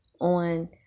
on